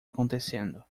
acontecendo